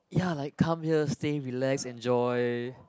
ya like come here stay relax enjoy